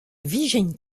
vijent